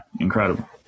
incredible